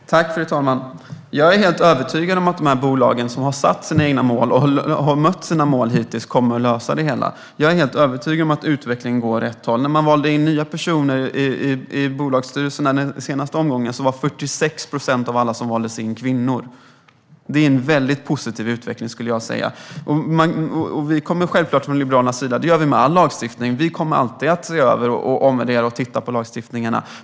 Fru talman! Jag är helt övertygad om att de här bolagen, som hittills har satt och nått sina egna mål, kommer att lösa det hela. Jag är helt övertygad om att utvecklingen går åt rätt håll. Senaste gången man valde in nya personer i bolagsstyrelserna var 46 procent av alla som valdes in kvinnor. Det är en väldigt positiv utveckling, skulle jag säga. Från Liberalernas sida kommer vi självklart alltid att se över och omvärdera lagstiftning. Det gör vi med all lagstiftning.